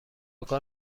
کار